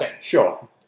Sure